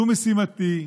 זו משימתי,